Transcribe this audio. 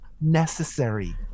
necessary